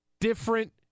different